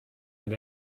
and